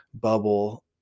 bubble